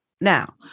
now